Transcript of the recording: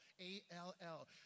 A-L-L